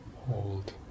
hold